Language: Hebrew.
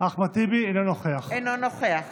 אינו נוכח